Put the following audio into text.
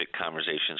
conversations